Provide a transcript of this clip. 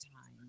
time